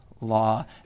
law